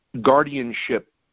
guardianship